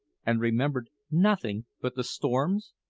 and remembered nothing but the storms,